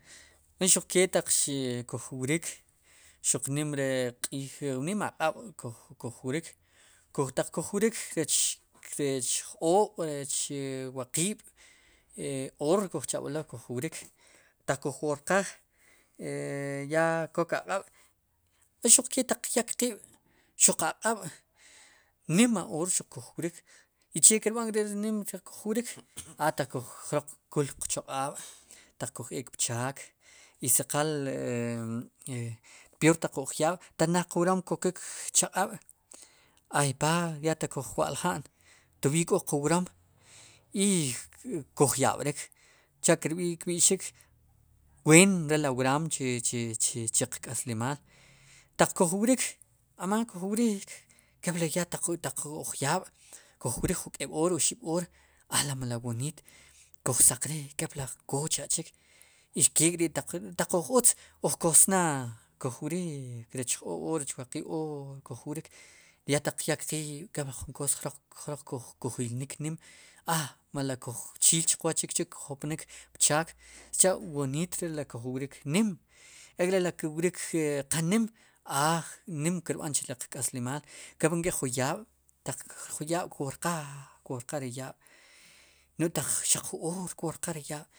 Koxuq ke taq kuj wrik xuq nim re q'iij num aq'ab' kuj kujwrik kujtaq kuj wrik rech j-oob' rech waqiib' oor kujchab'elo kuj wrik taq kuj woorqaaj ya kok aq'ab' i xuke taq qyek qiib' xuq aq'b' nima oor xuq kuj wrik i che kirb'an k'ri ri nim kuj wrik jroq kul qchaq'aab' taq kuj eek pchaak i si qal peor taq uj yaab' naad qrom kokik chaq'ab' hay paagr ya taq kuj wa'ljan tob'iiy k'o qrom i koj yab'rik si cha kb'i'xik ween re ri wraam chi chi qk'aslimaal taq kuj wrik amaan kuj wrik kepli ya taq uj yaab' kuj wrik ju k'eeb' oor ju oxib' oor a la melo wooniit kuj saqrik kepli kocha'chik i kek'ri taq uj utz uj kosnaaq kujwriik rech rech j-oob'oor rech waqiib'oor kuj wrik ya taq qyek qiib' kepli jun koos ku julnik nim aa mele chiil qwooch chikchi' kujjopnik pchaak sicha' woniit re ri kuj wrik nim ek're ri kwrik qanim aa nim kirb'an chu ri qk'aslimaal kep nk'i jun yaab' taq jun yaab' kwoorqaaj kwoorqaaj ri yaab' no'j taq xaq jun oor kwoorqaj ri yaab'.